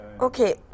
okay